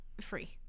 free